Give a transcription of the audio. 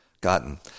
gotten